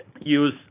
use